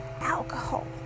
alcohol